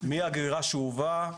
מאגירה שאובה,